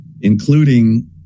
including